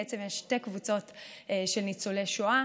בעצם יש שתי קבוצות של ניצולי שואה: